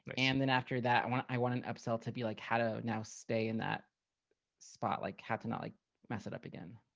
and then after that i want, i want an upsell to be like how to now stay in that spot, like how to not like mess it up again.